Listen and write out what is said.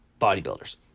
bodybuilders